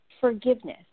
forgiveness